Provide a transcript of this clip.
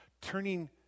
turning